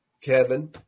Kevin